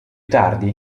tardi